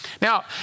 Now